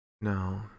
No